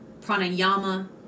Pranayama